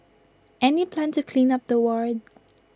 any plan to clean up the ward